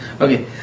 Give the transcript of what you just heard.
Okay